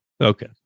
Okay